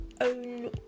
own